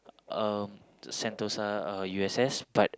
um Sentosa uh U_S_S but